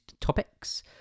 topics